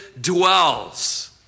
dwells